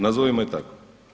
Nazovimo je tako.